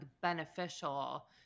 beneficial